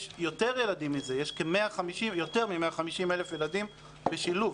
יש יותר ילדים, יותר מ-150,000 ילדים בשילוב.